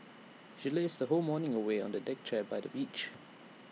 she lazed her whole morning away on A deck chair by the beach